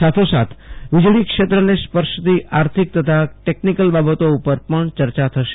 સાથોસાથ વીજળીક્ષેત્રને સ્પર્શતી આર્થિક તથા ટેકનિકલ બાબતો ઉપર પણ ચર્ચા થશે